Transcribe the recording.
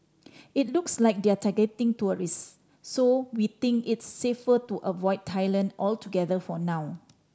it looks like they're targeting tourist so we think it's safer to avoid Thailand altogether for now